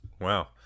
Wow